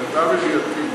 למיטב ידיעתי,